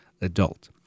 adult